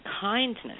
kindness